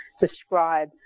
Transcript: describe